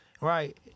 right